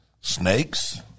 Snakes